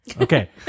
Okay